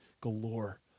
galore